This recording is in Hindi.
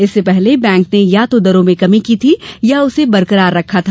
इससे पहले बैंक ने या तो दरों में कमी की थी या उसे बरकरार रखा था